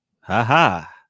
Ha-ha